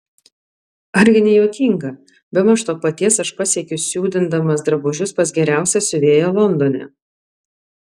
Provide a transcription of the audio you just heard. argi ne juokinga bemaž to paties aš pasiekiu siūdindamasis drabužius pas geriausią siuvėją londone